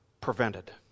prevented